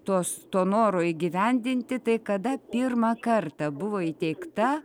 tos to noro įgyvendinti tai kada pirmą kartą buvo įteikta